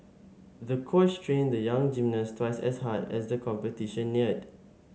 the coach trained the young gymnast twice as hard as the competition neared